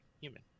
human